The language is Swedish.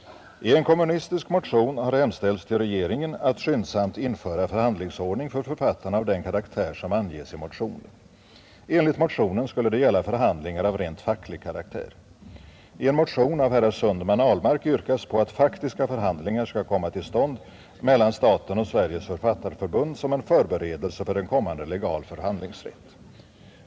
I en kommunistisk motion har hemställts till regeringen att skyndsamt införa förhandlingsordning för författarna av den karaktär som anges i motionen. Enligt motionen skulle det gälla förhandlingar av rent facklig karaktär. I en motion av herrar Sundman och Ahlmark yrkas på att faktiska förhandlingar skall komma till stånd mellan staten och Sveriges författarförbund som en förberedelse för en kommande legal förhandlingsrätt.